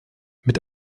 mit